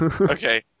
Okay